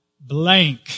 blank